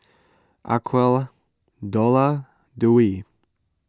Aqeelah Dollah Dwi